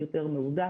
מידע יותר מהודק.